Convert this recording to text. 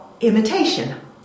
Imitation